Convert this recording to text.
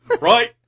right